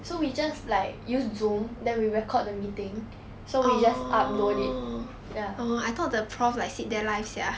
so we just like use zoom then we record the meeting so we just upload it ya